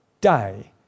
day